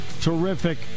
Terrific